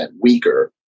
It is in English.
weaker